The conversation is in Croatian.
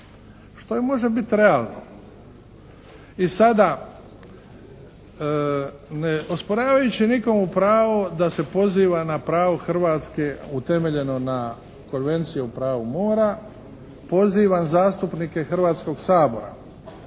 što može biti realno. I sada ne osporavajući nikome pravo da se poziva pravo Hrvatske utemeljeno na Konvenciji o pravu mora, pozivam zastupnike Hrvatskog sabora